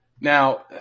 Now